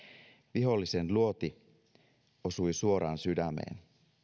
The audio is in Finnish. vihollisen luoti osui suoraan sydämeen